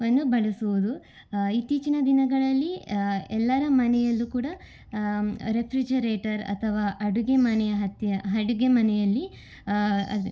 ವನ್ನು ಬಳಸುವುದು ಇತ್ತೀಚಿನ ದಿನಗಳಲ್ಲಿ ಎಲ್ಲರ ಮನೆಯಲ್ಲು ಕೂಡ ರೆಫ್ರಿಜರೇಟರ್ ಅಥವಾ ಅಡುಗೆ ಮನೆಯ ಹತ್ತಿರ ಅಡುಗೆ ಮನೆಯಲ್ಲಿ ಅದು